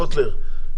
קוטלר,